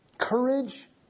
courage